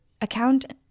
account